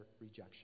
rejection